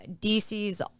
DC's